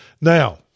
Now